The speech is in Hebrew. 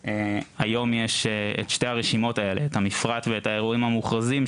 את המפרט ואת האירועים המוכרזים,